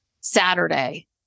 Saturday